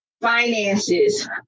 finances